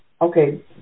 Okay